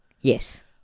yes